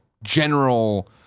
general